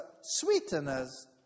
sweeteners